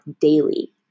daily